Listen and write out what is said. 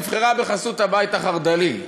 נבחרה בחסות הבית החרד"לי,